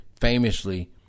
famously